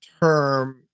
term